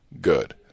good